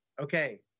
Okay